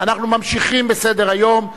אנחנו ממשיכים בסדר-היום,